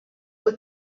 aux